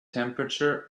temperature